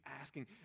asking